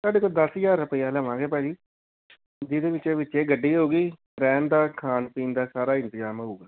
ਤੁਹਾਡੇ ਕੋਲ ਦਸ ਹਜ਼ਰ ਰੁਪਇਆ ਲਵਾਂਗੇ ਭਾਅ ਜੀ ਜਿਹਦੇ ਵਿੱਚੇ ਵਿੱਚੇ ਗੱਡੀ ਹੋ ਗਈ ਰਹਿਣ ਦਾ ਖਾਣ ਪੀਣ ਦਾ ਸਾਰਾ ਇੰਤਜ਼ਾਮ ਹੋਊਗਾ